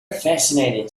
fascinating